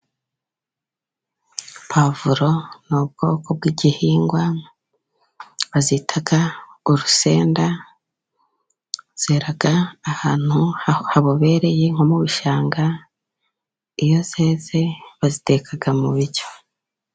Pavuro ni ubwoko bw'igihingwa bazita urusenda, zera ahantu habobereye nko mu bishanga. iyo zeze baziteka mu biryo.